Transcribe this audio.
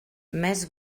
més